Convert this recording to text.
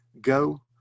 go